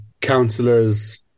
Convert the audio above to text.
counselors